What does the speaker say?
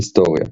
היסטוריה